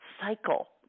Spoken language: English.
cycle